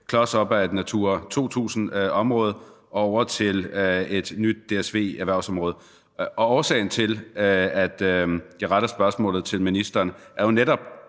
klos op ad et Natura 2000-område, og over til et nyt DSV-erhvervsområde. Årsagen til, at jeg retter spørgsmålet til ministeren, er jo netop,